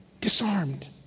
disarmed